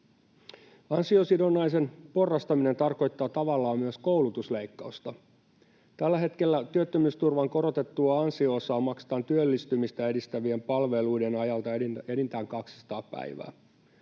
Ansiosidonnaisen porrastaminen tarkoittaa tavallaan myös koulutusleikkausta. Tällä hetkellä työttömyysturvan korotettua ansio-osaa maksetaan työllistymistä edistävien palveluiden ajalta enintään 200 päivää.